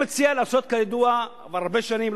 אני מציע כידוע כבר הרבה שנים,